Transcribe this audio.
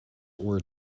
were